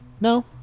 No